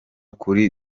kuri